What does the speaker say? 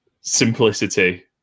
simplicity